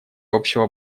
общего